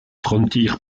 frontier